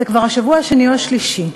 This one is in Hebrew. זה כבר השבוע השני או השלישי,